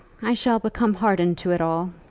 i shall become hardened to it all,